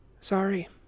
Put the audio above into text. Sorry